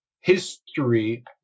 History